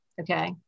okay